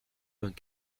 vingt